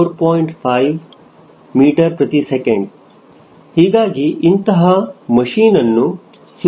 5 metre ಪ್ರತಿ second ಹೀಗಾಗಿ ಇಂತಹ ಮಷೀನ್ ಅನ್ನು ಸುಲಭವಾಗಿ ಹಾರಿಸಬಹುದು